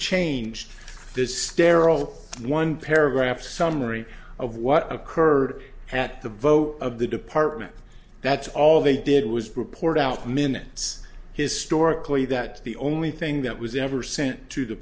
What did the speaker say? changed this sterile one paragraph summary of what occurred at the vote of the department that's all they did was report out minutes historically that the only thing that was ever sent to the